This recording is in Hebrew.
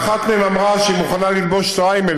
ואחת מהן אמרה שהיא מוכנה גם ללבוש שטריימל